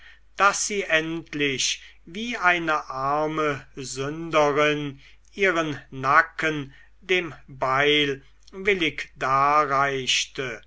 daß sie endlich wie eine arme sünderin ihren nacken dem beil willig darreichte